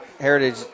Heritage